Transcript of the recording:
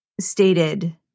stated